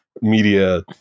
media